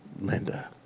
Linda